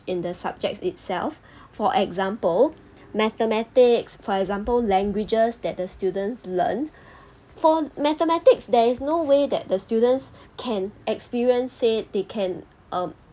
in the subjects itself for example mathematics for example languages that the students learn for mathematics there is no way that the students can experience said they can um